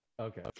Okay